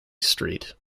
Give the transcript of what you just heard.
street